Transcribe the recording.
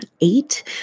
eight